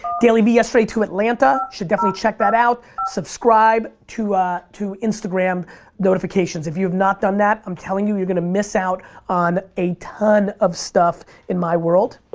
dailyvee yesterday to atlanta. should definitely check that out. subscribe to to instagram notifications. if you have not done that, i'm telling you you're gonna miss out on a ton of stuff in my world.